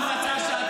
לא, לא, לא.